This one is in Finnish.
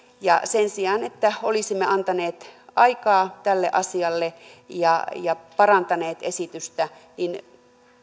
sen sijaan että olisimme antaneet aikaa tälle asialle ja ja parantaneet esitystä